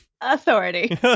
Authority